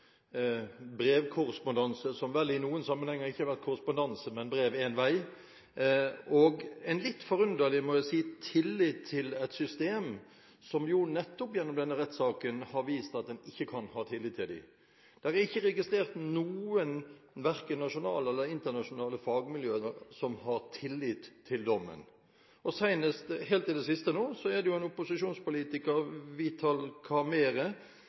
som vel i noen sammenhenger ikke har vært korrespondanse, men brev én vei. Det er – må jeg si – en litt forunderlig tillit til et system som nettopp gjennom denne rettssaken har vist at man ikke kan ha tillit til det. Det er ikke registrert noen fagmiljøer, verken nasjonale eller internasjonale, som har tillit til dommen. I det siste